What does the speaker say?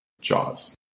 jaws